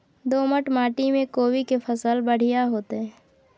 दोमट माटी में कोबी के फसल बढ़ीया होतय?